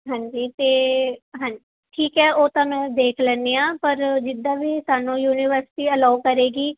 ਹਾਂਜੀ ਅਤੇ ਹਾਂਜੀ ਠੀਕ ਹੈ ਉਹ ਤਾਂ ਮੈਂ ਦੇਖ ਲੈਂਦੀ ਹਾਂ ਪਰ ਜਿੱਦਾਂ ਵੀ ਸਾਨੂੰ ਯੂਨੀਵਰਸਿਟੀ ਅਲੋਅ ਕਰੇਗੀ